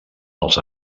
dels